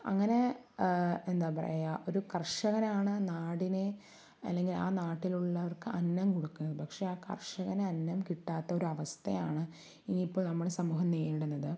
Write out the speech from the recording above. അങ്ങനെ എന്താ പറയുക ഒരു കര്ഷകനാണ് നാടിനെ അല്ലെങ്കില് ആ നാട്ടിലുള്ളവര്ക്ക് അന്നം കൊടുക്കുന്നത് പക്ഷെ ആ കര്ഷകന് അന്നം കിട്ടാത്ത ഒരു അവസ്ഥയാണ് ഇന്നിപ്പോൾ നമ്മുടെ സമൂഹം നേരിടുന്നത്